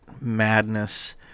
madness